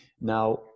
Now